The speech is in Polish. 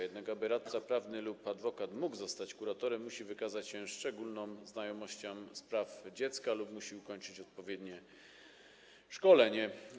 Jednak aby radca prawny lub adwokat mógł zostać kuratorem, musi wykazać się szczególną znajomością spraw dziecka lub musi ukończyć odpowiednie szkolenie.